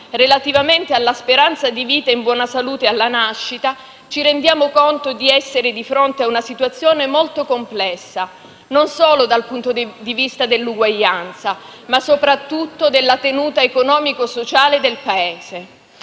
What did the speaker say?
relativamente alla speranza di vita in buona salute alla nascita, ci rendiamo conto di essere di fronte a una situazione molto complessa, non solo dal punto di vista dell'uguaglianza, ma soprattutto della tenuta economico-sociale del Paese.